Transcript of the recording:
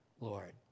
Lord